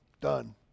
Done